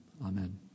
Amen